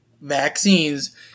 vaccines